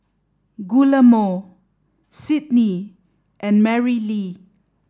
Guillermo Sydnie and Marilee